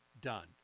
Done